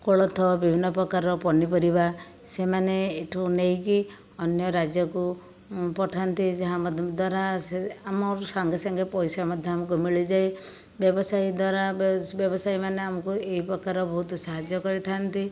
କୋଳଥ ବିଭିନ୍ନ ପ୍ରକାରର ପନିପରିବା ସେମାନେ ଏଠୁ ନେଇକି ଅନ୍ୟ ରାଜ୍ୟକୁ ପଠାନ୍ତି ଯାହା ଦ୍ଵାରା ଆମକୁ ସାଙ୍ଗେ ସାଙ୍ଗେ ପଇସା ମଧ୍ୟ ଆମକୁ ମିଳିଯାଏ ବ୍ୟବସାୟୀ ଦ୍ଵାରା ବ୍ୟବସାୟୀ ମାନେ ଆମକୁ ଏହି ପ୍ରକାର ବହୁତ ସାହାଯ୍ୟ କରିଥାନ୍ତି